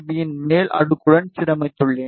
பியின் மேல் அடுக்குடன் சீரமைத்துள்ளேன்